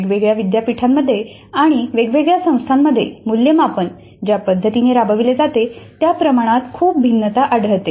वेगवेगळ्या विद्यापीठांमध्ये आणि वेगवेगळ्या संस्थांमध्ये मूल्यमापन ज्या पद्धतीने राबविले जाते त्या प्रमाणात खूप भिन्नता आढळते